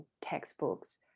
textbooks